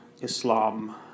Islam